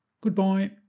Goodbye